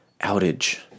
outage